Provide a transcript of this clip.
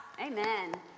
amen